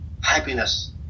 happiness